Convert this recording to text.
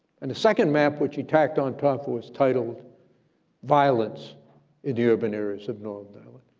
and the second map, which he tacked on top, was titled violence in the urban areas of northern ireland,